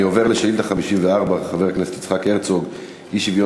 אני עובר לשאילתה 54 של חבר הכנסת יצחק הרצוג: אי-שוויון